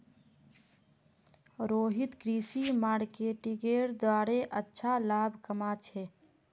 रोहित कृषि मार्केटिंगेर द्वारे अच्छा लाभ कमा छेक